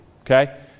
okay